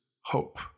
hope